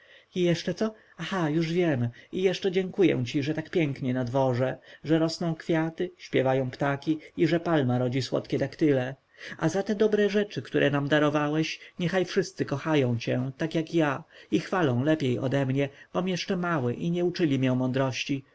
jeszcze co aha już wiem i jeszcze dziękuję ci że tak pięknie na dworze że rosną kwiaty śpiewają ptaki i że palma rodzi słodkie daktyle a za te dobre rzeczy które nam darowałeś niechaj wszyscy kochają cię jak ja i chwalą lepiej ode mnie bom jeszcze mały i nie uczyli mię mądrości